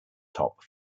top